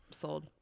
sold